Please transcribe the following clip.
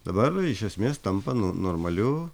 dabar iš esmės tampa nu normaliu